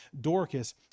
Dorcas